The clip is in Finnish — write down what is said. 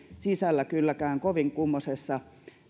sisällä kylläkään kovin kummoisessa